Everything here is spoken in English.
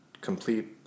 complete